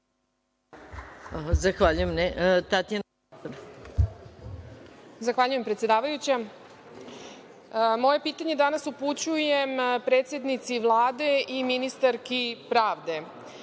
Zahvaljujem predsedavajuća. Moje pitanje danas upućujem predsednici Vlade i ministarki pravde. Naime,